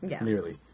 nearly